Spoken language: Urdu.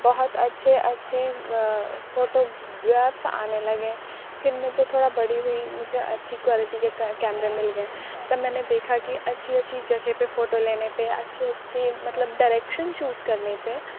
بہت اچھےاچھے فوٹو گرافس آنے لگے پھر میں جو تھوڑا بڑی ہوئی مجھے اچھی کوالٹی کے کیمرے مل گئے تب میں نے دیکھا کہ اچھی اچھی جگہ پہ فوٹو لینے پہ اچھی اچھی مطلب ڈائریکشن چوز کرنے پہ